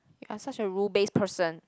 you are such a rule based person